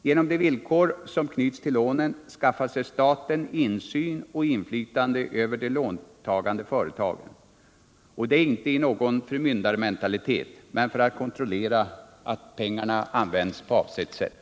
Genom de villkor som knyts till lånen skaffar sig staten insyn och inflytande över de låntagande företagen — inte i någon förmyndarmentalitet men för att kontrollera att pengarna används på avsett sätt.